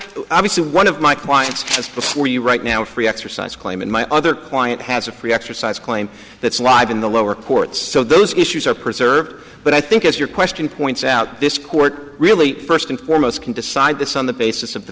obviously one of my clients just before you right now free exercise claim and my other client has a free exercise claim that's live in the lower courts so those issues are preserved but i think as your question points out this court really first and foremost can decide this on the basis of the